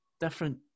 different